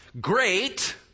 great